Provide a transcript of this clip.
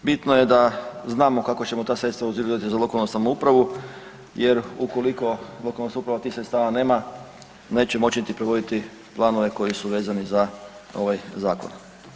I bitno je da znamo kako ćemo ta sredstava …/nerazumljivo/… za lokalnu samoupravu jer ukoliko lokalna samouprava tih sredstava nema neće moći niti provoditi planove koji su vezani za ovaj zakon.